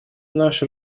наше